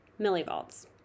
millivolts